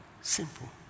Simple